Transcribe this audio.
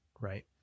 right